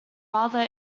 rather